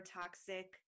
toxic